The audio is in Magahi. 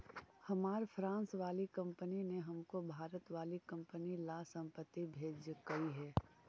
हमार फ्रांस वाली कंपनी ने हमको भारत वाली कंपनी ला संपत्ति भेजकई हे